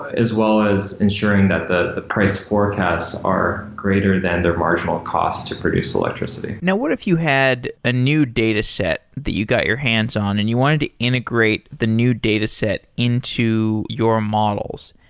as well as insuring that the the price forecast are greater than their marginal cost to produce electricity. now what if you had a new dataset that you got your hands on and you wanted to integrate the new dataset into your models?